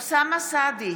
נגד אוסאמה סעדי,